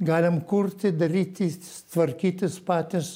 galim kurti daryti tvarkytis patys